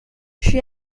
she